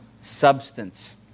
substance